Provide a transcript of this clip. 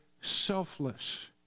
selfless